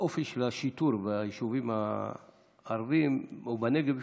האופי של השיטור ביישובים הערביים או בנגב בפרט,